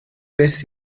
beth